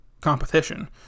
competition